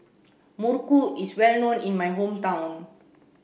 Muruku is well known in my hometown